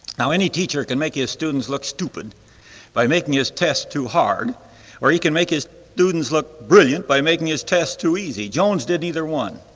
now any teacher can make his students look stupid by making his test too hard or he can make his students look brilliant by making his test too easy. jones did neither one.